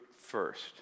first